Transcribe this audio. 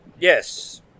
Yes